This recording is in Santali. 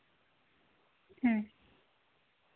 ᱦᱮᱸ